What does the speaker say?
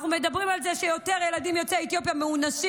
אנחנו מדברים על זה שיותר ילדים יוצאי אתיופיה נענשים